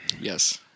Yes